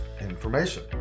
information